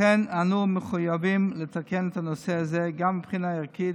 לכן אנו מחויבים לתקן את הנושא הזה גם מבחינה ערכית